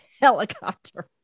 helicopter